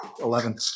Eleven